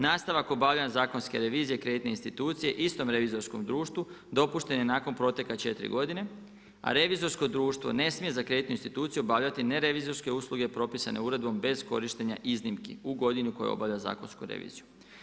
Nastavak obavljanja zakonske revizije kreditne institucije istom revizorskom društvu, dopušten je nakon proteka 4 godine, a revizorsko društvo, ne smije za kreditnu instituciju obavljati nervizorske usluge propisane uredbe bez korištenja iznimki u godinu koja obavlja zakonsku reviziju.